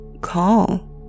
call